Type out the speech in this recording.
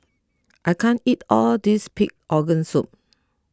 I can't eat all of this Pig Organ Soup